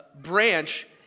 branch